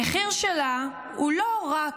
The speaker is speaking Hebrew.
המחיר שלה הוא לא רק